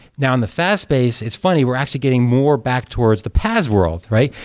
now in the faas base, it's funny, we're actually getting more back towards the paas world, right?